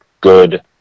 good